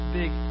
big